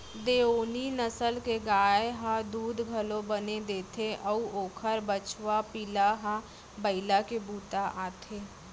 देओनी नसल के गाय ह दूद घलौ बने देथे अउ ओकर बछवा पिला ह बइला के बूता आथे